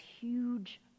huge